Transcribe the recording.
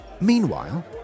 Meanwhile